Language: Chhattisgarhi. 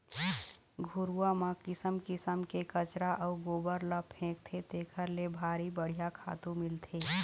घुरूवा म किसम किसम के कचरा अउ गोबर ल फेकथे तेखर ले भारी बड़िहा खातू मिलथे